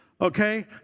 okay